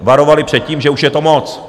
Varovali před tím, že už je to moc.